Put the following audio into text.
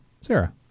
Sarah